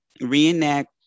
reenact